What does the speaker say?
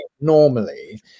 normally